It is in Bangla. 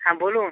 হ্যাঁ বলুন